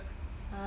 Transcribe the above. uh